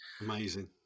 amazing